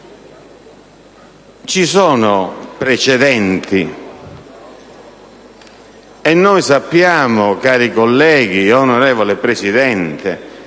ci sono dei precedenti, e noi sappiamo, cari colleghi e onorevole Presidente,